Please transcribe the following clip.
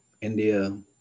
India